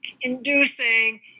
inducing